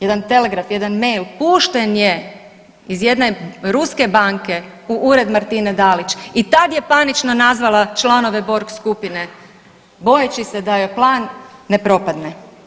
Jedan telegraf, jedan mail pušten je iz jedne ruske banke u ured Martine Dalić i tad je panično nazvala članove Borg skupine bojeći se da joj plan ne propadne.